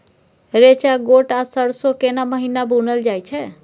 रेचा, गोट आ सरसो केना महिना बुनल जाय छै?